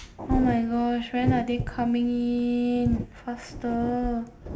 oh my gosh when are they coming in faster